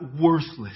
worthless